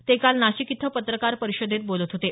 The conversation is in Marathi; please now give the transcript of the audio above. ते काल नाशिक इथं पत्रकार परिषदेत बोलत होते